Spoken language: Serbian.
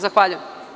Zahvaljujem.